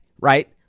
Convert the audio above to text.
Right